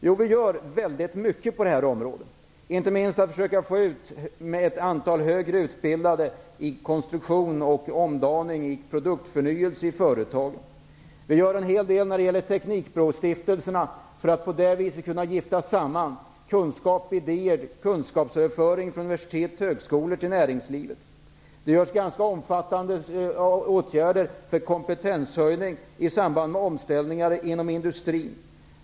Jo, vi gör väldigt mycket på dessa områden, inte minst genom att vi försöker att få ut ett antal människor med högre utbildning i konstruktion, omdaning och produktförnyelse i företagen. Vi gör en hel del när det gäller teknikprovstiftelserna för att på så sätt kunna gifta samman kunskap och idéer -- kunskapsöverföring från universitet och högskolor till näringslivet. Det vidtas ganska omfattande åtgärder för kompetenshöjning i samband med omställningar inom industrin.